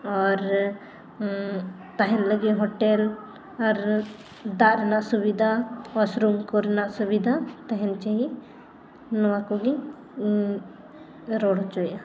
ᱟᱨ ᱛᱟᱦᱮᱱ ᱞᱟᱹᱜᱤᱫ ᱟᱨ ᱫᱟᱜ ᱨᱮᱱᱟᱜ ᱥᱩᱵᱤᱫᱷᱟ ᱠᱚ ᱨᱮᱱᱟᱜ ᱥᱩᱵᱤᱫᱷᱟ ᱛᱟᱦᱮᱱ ᱪᱟᱹᱦᱤ ᱱᱚᱣᱟ ᱠᱚᱜᱮ ᱨᱚᱲ ᱦᱚᱪᱚᱭᱮᱫᱼᱟ